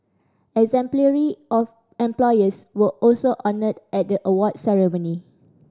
exemplary of employers were also honoured at the award ceremony